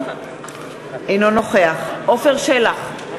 אינו נוכח עפר שלח,